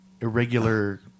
irregular